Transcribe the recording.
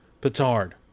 petard